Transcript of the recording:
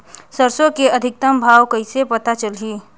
सरसो के अधिकतम भाव कइसे पता चलही?